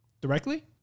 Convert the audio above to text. directly